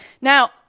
Now